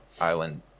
island